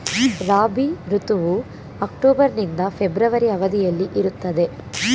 ರಾಬಿ ಋತುವು ಅಕ್ಟೋಬರ್ ನಿಂದ ಫೆಬ್ರವರಿ ಅವಧಿಯಲ್ಲಿ ಇರುತ್ತದೆ